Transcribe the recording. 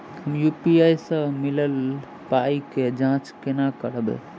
हम यु.पी.आई सअ मिलल पाई केँ जाँच केना करबै?